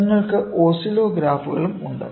നിങ്ങൾക്ക് ഓസിലോഗ്രാഫുകളും ഉണ്ട്